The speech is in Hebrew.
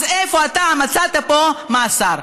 אז איפה אתה מצאת פה מאסר?